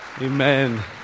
Amen